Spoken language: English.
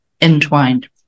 entwined